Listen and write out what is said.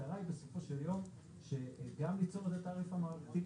המטרה היא בסופו של יום גם ליצור את התעריף המערכתי,